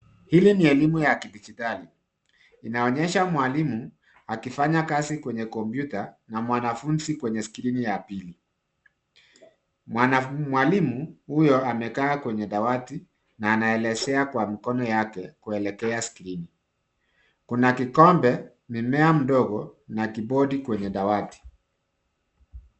Hili ni elimu ya kijidigitali inaonyesha mwalimu akifanya kazi kwenye kompyuta na mwanafunzi kwenye skrini ya pili, mwalimu huyo amekaa kwenye dawati na anaelezea kwa mikono yake kuelekea skrini kuna kikombe mimea mdogo na kibodi kwenye dawati.